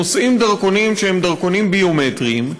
נושאים דרכונים שהם דרכונים ביומטריים,